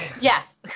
Yes